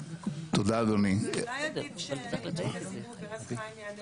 אולי עדיף שנתייחס ואז חיים יענה?